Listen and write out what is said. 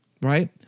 Right